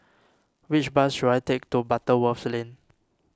which bus should I take to Butterworth Lane